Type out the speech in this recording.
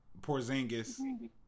Porzingis